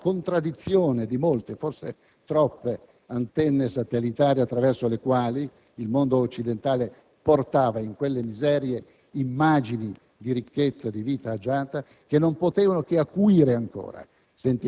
la contraddizione di molte, forse troppe, antenne satellitari, attraverso le quali il mondo occidentale portava in quella miseria immagini di ricchezza, di vita agiata, che non potevano che acuire